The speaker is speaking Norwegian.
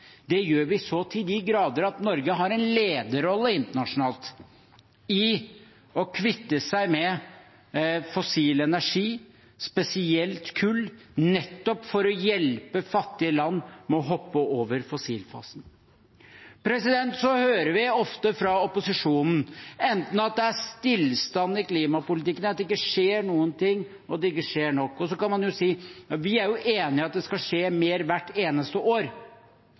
Det gjør vi så til de grader at Norge har en lederrolle internasjonalt i å kvitte seg med fossil energi, spesielt kull, nettopp for å hjelpe fattige land med å hoppe over fossilfasen. Vi hører ofte fra opposisjonen enten at det er stillstand i klimapolitikken, at det ikke skjer noen ting, eller at det ikke skjer nok. Vi er enig i at det skal skje mer hvert eneste år,